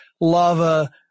lava